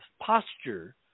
posture